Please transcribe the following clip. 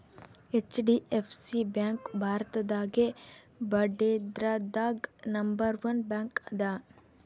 HDFC bank ಭಾರತದಾಗೇ ಬಡ್ಡಿದ್ರದಾಗ್ number one bank ಅದ